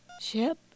Ship